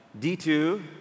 D2